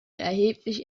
erheblich